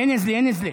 אינזלי, אינזלי.